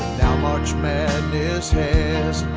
now march madness has